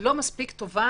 לא מספיק טובה,